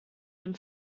dem